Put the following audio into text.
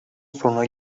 sonra